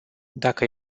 dacă